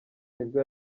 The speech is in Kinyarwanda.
nibwo